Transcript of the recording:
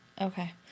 Okay